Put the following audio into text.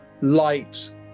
light